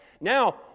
now